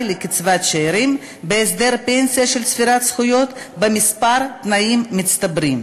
לקצבת שאירים בהסדר פנסיה של צבירת זכויות בכמה תנאים מצטברים.